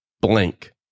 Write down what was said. blank